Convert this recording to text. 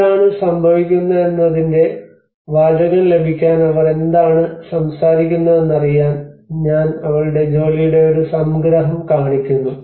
എന്താണ് സംഭവിക്കുന്നതെന്നതിന്റെ വാചകം ലഭിക്കാൻ അവർ എന്താണ് സംസാരിക്കുന്നതെന്ന് അറിയാൻ ഞാൻ അവളുടെ ജോലിയുടെ ഒരു സംഗ്രഹം കാണിക്കുന്നു